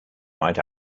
might